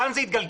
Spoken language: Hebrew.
לאן זה יתגלגל,